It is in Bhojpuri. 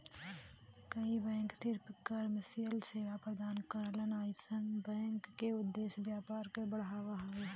कई बैंक सिर्फ कमर्शियल सेवा प्रदान करलन अइसन बैंक क उद्देश्य व्यापार क बढ़ाना हउवे